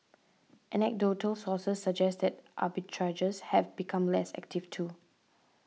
anecdotal sources suggest that arbitrageurs have become less active too